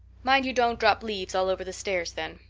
mind you don't drop leaves all over the stairs then.